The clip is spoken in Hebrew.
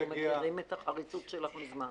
אנחנו מכירים את החריצות שלך מזמן.